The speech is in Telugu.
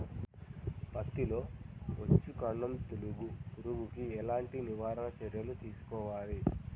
పత్తిలో వచ్చుకాండం తొలుచు పురుగుకి ఎలాంటి నివారణ చర్యలు తీసుకోవాలి?